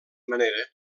manera